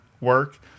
work